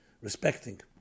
respecting